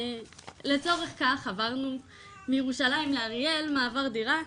לצורך כך, עברנו מירושלים לאריאל, מעבר דירה.